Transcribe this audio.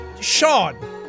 Sean